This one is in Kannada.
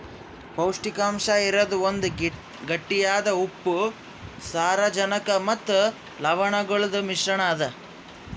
ಪೌಷ್ಟಿಕಾಂಶ ಇರದ್ ಒಂದ್ ಗಟ್ಟಿಯಾದ ಉಪ್ಪು, ಸಾರಜನಕ ಮತ್ತ ಲವಣಗೊಳ್ದು ಮಿಶ್ರಣ ಅದಾ